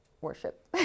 worship